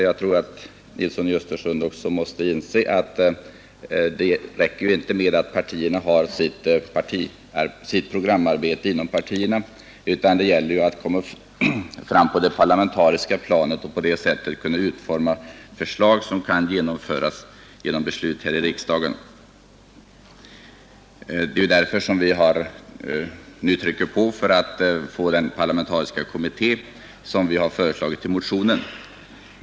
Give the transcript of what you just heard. Jag tror emellertid att herr Nilsson i Östersund måste inse att det inte räcker med det arbete som utförs inom partierna, utan det gäller att på det parlamentariska planet utforma förslag som kan genomföras genom beslut här i riksdagen. Det är därför vi trycker på angelägenheten av att få till stånd den parlamentariska kommitté som vi har föreslagit i motionen.